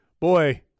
boy